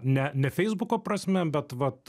ne ne feisbuko prasme bet vat